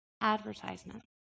advertisement